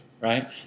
right